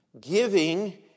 giving